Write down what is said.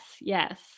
yes